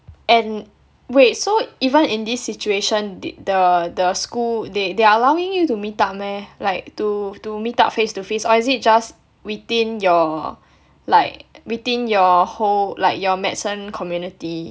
and wait so even in this situation th~ the the school they they're allowing you to meet up meh like to to meet up face to face or is it just within your like within your whole like your medicine community